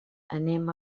anem